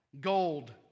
gold